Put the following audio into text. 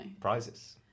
Prizes